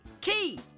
Key